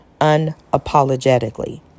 unapologetically